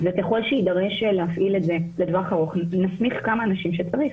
וככל שיידרש להפעיל את זה לטווח ארוך נסמיך כמה אנשים שצריך.